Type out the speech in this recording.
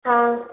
ಹಾಂ